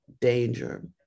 danger